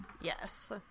Yes